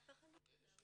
אף אחד לא בדק.